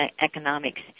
economics